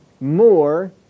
more